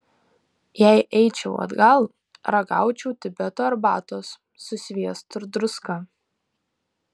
jei eičiau atgal ragaučiau tibeto arbatos su sviestu ir druska